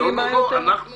אנחנו